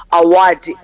award